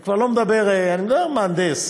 אני מדבר על מהנדס